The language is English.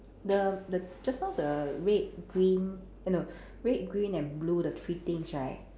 the the just now the red green eh no red green and blue the three things right